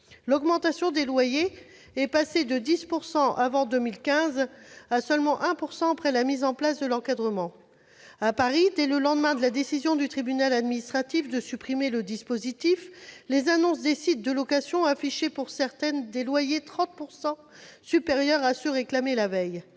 L'augmentation des loyers est passée de 10 % avant 2015 à seulement 1 % après la mise en place de l'encadrement. À Paris, dès le lendemain de la décision du tribunal administratif de supprimer le dispositif, certaines annonces des sites de location affichaient des loyers supérieurs de 30 % à ceux